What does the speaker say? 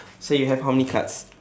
so you have how many cards